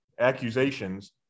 accusations